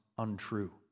untrue